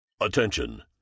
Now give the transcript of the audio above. Attention